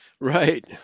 Right